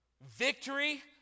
victory